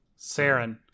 Saren